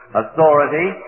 authority